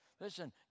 Listen